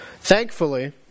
Thankfully